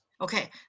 Okay